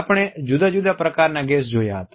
આપણે જુદા જુદા પ્રકાર ના ગેઝ ને જોયા હતા